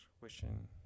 wishing